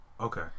Okay